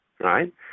right